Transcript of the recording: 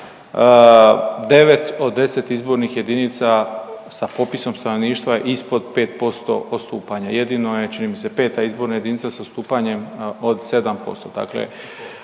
9 od 10 izbornih jedinica sa popisom stanovništva je ispod 5% odstupanja. Jedino je čini mi se peta izborna jedinica sa odstupanjem od 7%.